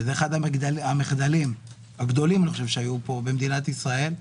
זה אחד המחדלים הגדולים שהיו פה במדינת ישראל,